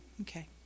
Okay